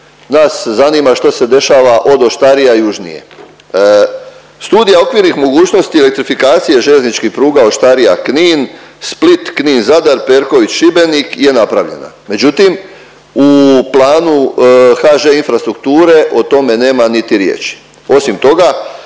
nas zanima što se dešava od Oštarija južnije. Studija okvirnih mogućnosti elektrifikacije željezničkih pruga Oštarija-Knin-Split, Knin-Zadar, Perković-Šibenik je napravljena, međutim u planu HŽ Infrastrukture o tome nema niti riječi. Osim toga